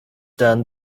done